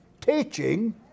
teaching